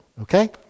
okay